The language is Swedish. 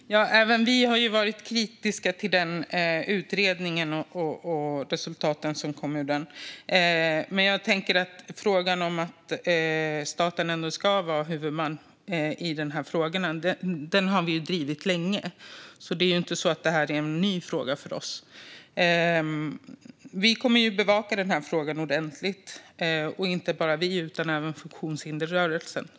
Fru talman! Även vi har varit kritiska till utredningen och resultaten som kom ur den. Att staten ska vara huvudman i de här frågorna har vi drivit länge. Det är inte så att det är en ny fråga för oss. Vi kommer att bevaka frågan ordentligt, och inte bara vi utan även funktionshindersrörelsen.